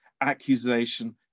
accusation